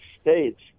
states